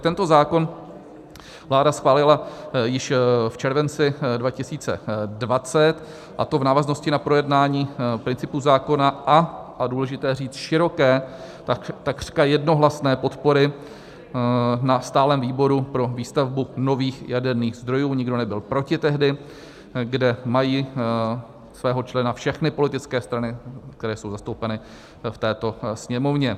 Tento zákon vláda schválila již v červenci 2020, a to v návaznosti na projednání principu zákona a důležité říct široké, takřka jednohlasné podpory na stálém výboru pro výstavbu nových jaderných zdrojů nikdo tehdy nebyl proti kde mají svého člena všechny politické strany, které jsou zastoupeny v této Sněmovně.